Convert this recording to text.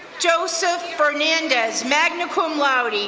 joseph fernandez, magna cum laude.